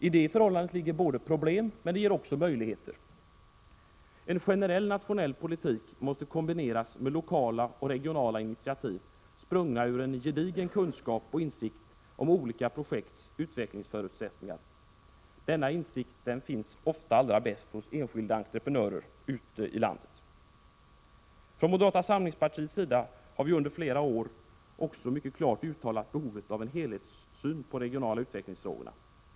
I det förhållandet ligger både problem och möjligheter. En generell nationell politik måste kombineras med lokala och regionala initiativ, sprungna ur gedigen kunskap och insikt om olika projekts utvecklingsförutsättningar. Denna insikt finns ofta allra bäst hos enskilda entreprenörer ute i landet. Från moderata samlingspartiets sida har vi under flera år också mycket klart uttalat behovet av en helhetssyn på de regionala utvecklingsfrågorna.